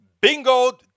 Bingo